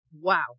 wow